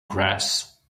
grass